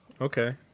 Okay